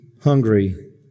hungry